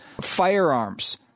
firearms